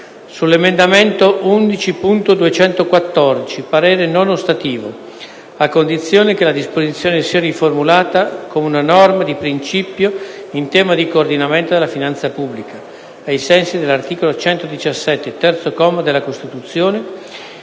sull’emendamento 11.214 parere non ostativo, a condizione che la disposizione sia riformulata con una norma di principio in tema di coordinamento della finanza pubblica, ai sensi dell’articolo 117, terzo comma della Costituzione,